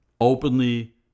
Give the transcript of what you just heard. openly